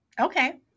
Okay